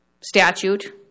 statute